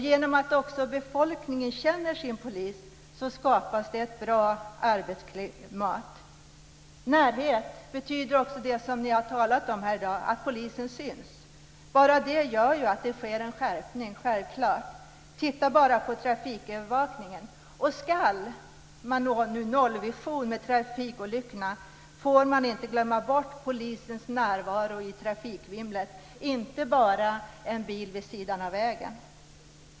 Genom att också befolkningen känner sin polis skapas ett bra arbetsklimat. Närhet betyder också det som ni har talat om här i dag - att polisen syns. Bara det gör självfallet att det sker en skärpning. Titta bara på trafikövervakningen! Ska man nå en nollvision för trafikolyckorna får man inte glömma bort polisens närvaro i trafikvimlet. Det får inte bara vara en bil vid sidan av vägen.